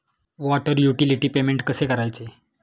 Water utility payment कसे करायचे?